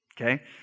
Okay